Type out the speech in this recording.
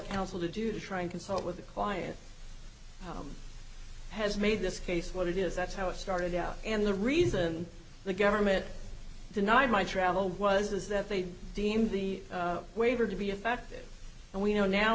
counsel to do to try and consult with a client has made this case what it is that's how it started out and the reason the government denied my travel was is that they deemed the waiver to be effective and we know now